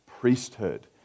priesthood